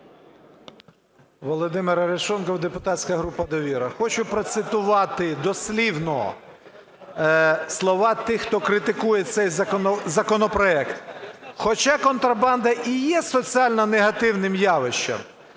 Володимир Арешонков, депутатська група "Довіра". Хочу процитувати дослівно слова тих, хто критикує цей законопроект: хоча контрабанда і є соціально негативним явищем,